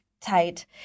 tight